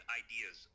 ideas